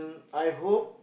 I hope